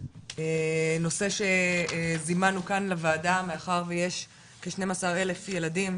נושא שזימנו כאן לוועדה, מאחר ויש כ-12 אלף ילדים,